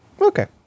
Okay